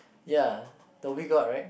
ya Dhoby Ghaut right